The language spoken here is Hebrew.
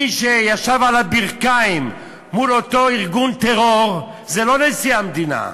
מי שישב על הברכיים מול אותו ארגון טרור זה לא נשיא המדינה.